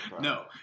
No